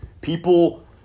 people